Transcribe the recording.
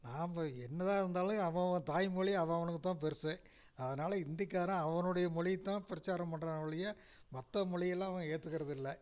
நாம் என்ன தான் இருந்தாலும் அவன் அவன் தாய் மொழி அவன் அவனுக்குத்தான் பெருசு அதனால் இந்திக்காரன் அவனுடைய மொழியைத் தான் பிரச்சாரம் பண்ணுறானே ஒழிய மற்ற மொழிகள்லாம் அவன் ஏத்துக்கிறது இல்லை